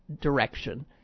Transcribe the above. direction